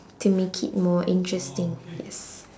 to make it more interesting yes